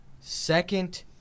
Second